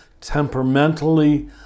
temperamentally